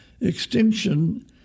Extinction